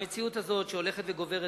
המציאות הזאת שהולכת וגוברת,